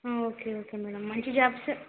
okay okay madam మంచి jobs